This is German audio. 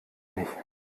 mich